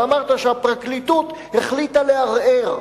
אמרת שהפרקליטות החליטה לערער.